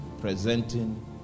presenting